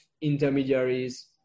intermediaries